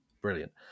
brilliant